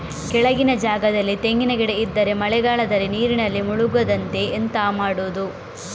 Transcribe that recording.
ಕೆಳಗಿನ ಜಾಗದಲ್ಲಿ ತೆಂಗಿನ ಗಿಡ ಇದ್ದರೆ ಮಳೆಗಾಲದಲ್ಲಿ ನೀರಿನಲ್ಲಿ ಮುಳುಗದಂತೆ ಎಂತ ಮಾಡೋದು?